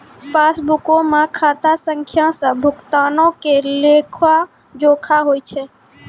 पासबुको मे खाता संख्या से भुगतानो के लेखा जोखा होय छै